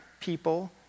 people